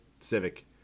civic